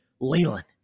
Leland